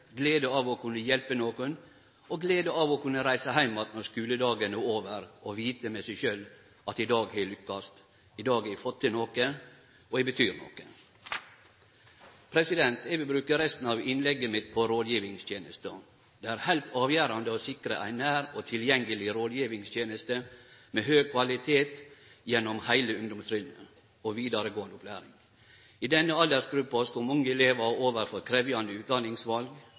glede av å kunne hjelpe nokon, glede av å kunne reise heim att når skuledagen er over og vite med seg sjølv at i dag har eg lukkast. I dag har eg fått til noko, og eg betyr noko. Eg vil bruke resten av innlegget mitt på rådgjevingstenesta. Det er heilt avgjerande å sikre ei nær og tilgjengeleg rådgjevingsteneste med høg kvalitet gjennom heile ungdomstrinnet og vidaregåande opplæring. I denne aldersgruppa står mange elevar overfor krevjande utdanningsval,